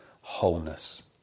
wholeness